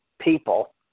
people